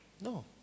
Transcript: No